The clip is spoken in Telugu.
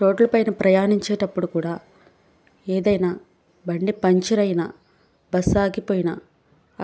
రోడ్ల పైన ప్రయాణించేటప్పుడు కూడా ఏదైనా బండి పంక్చర్ అయినా బస్సు ఆగిపోయిన